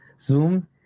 Zoom